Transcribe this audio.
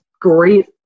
great